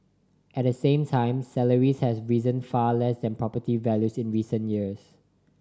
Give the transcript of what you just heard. at the same time salaries have risen far less than property values in recent years